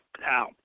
now